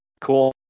Cool